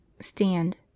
Stand